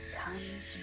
comes